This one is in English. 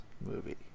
movie